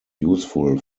useful